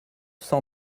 cent